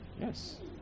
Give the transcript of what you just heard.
yes